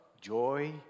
joy